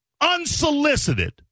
unsolicited